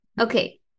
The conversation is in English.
okay